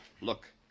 Look